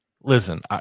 Listen